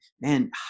man